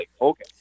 okay